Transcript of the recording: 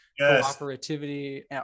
cooperativity